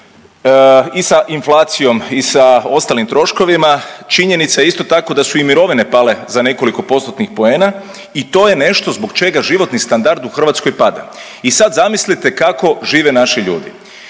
i sa inflacijom i sa ostalim troškovima činjenica je isto tako da su mirovine pale za nekoliko postotnih poena i to je nešto zbog čega životni standard u Hrvatskoj pada. I sa zamislite kako žive naši ljudi?